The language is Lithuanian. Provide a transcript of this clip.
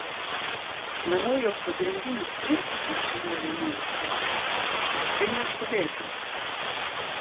manau jog pagrindinis principas kuriuo rėmiausi tai neskubėti